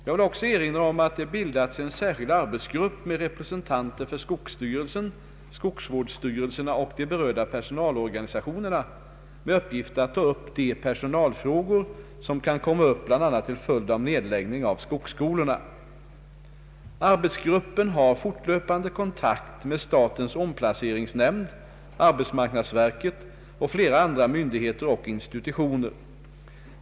Jag vill också erinra om att det bildats en särskild arbetsgrupp med representanter för skogsstyrelsen, skogsvårdsstyrelserna och de berörda personalorganisationerna med uppgift att ta upp de personalfrågor som kan komma upp bl.a. till följd av nedläggning av skogsskolorna. Arbetsgruppen har fortlöpande kontakt med statens omplaceringsnämnd, <arbetsmarknadsverket och flera andra myndigheter och institutioner.